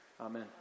Amen